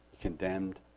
condemned